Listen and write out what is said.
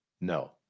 No